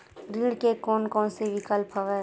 ऋण के कोन कोन से विकल्प हवय?